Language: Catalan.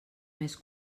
més